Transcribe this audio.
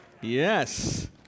Yes